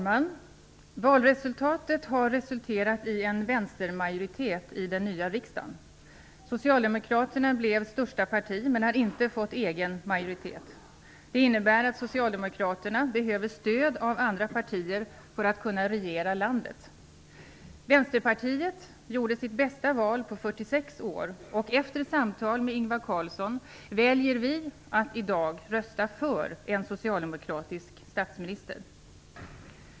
Fru talman! Valet har resulterat i en vänstermajoritet i den nya riksdagen. Socialdemokraterna blev största parti men har inte fått egen majoritet. Det innebär att Socialdemokraterna behöver stöd av andra partier för att kunna regera landet. Vänsterpartiet gjorde sitt bästa val på 46 år, och efter samtal med Ingvar Carlsson väljer vi att i dag rösta för en socialdemokratisk statsminister.